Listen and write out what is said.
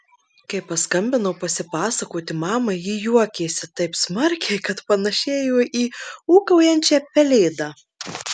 kai paskambinau pasipasakoti mamai ji juokėsi taip smarkiai kad panašėjo į ūkaujančią pelėdą